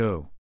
go